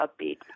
upbeat